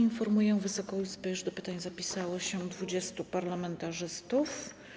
Informuję Wysoką Izbę, że do pytań zapisało się 20 parlamentarzystów.